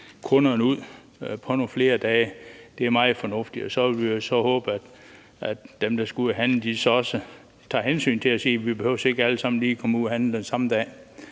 kunderne ud på nogle flere dage, er det meget fornuftigt. Så vil vi jo så håbe, at dem, der skal ud at handle, også tager hensyn og siger, at vi ikke alle sammen behøver at komme ud og handle den samme dag.